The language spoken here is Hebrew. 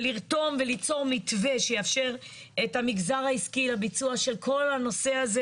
ולרתום וליצור מתווה שיאפשר את המגזר העסקי לביצוע של כל הנושא הזה,